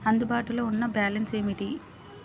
అందుబాటులో ఉన్న బ్యాలన్స్ ఏమిటీ?